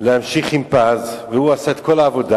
להמשיך עם "פז" והוא עשה את כל העבודה,